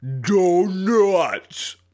Donuts